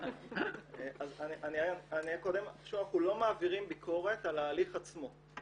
אני אעיר קודם שאנחנו לא מעבירים ביקורת על ההליך עצמו.